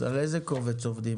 אז על איזה קובץ עובדים?